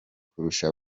kurusha